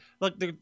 look